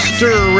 Stir